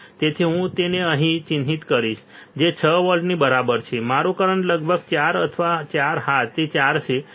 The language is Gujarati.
તેથી હું તેને અહીં ચિહ્નિત કરીશ જે 6 વોલ્ટની બરાબર છે મારો કરંટ લગભગ 4 અથવા 4 હા તે 4 છે